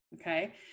Okay